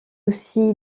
aussi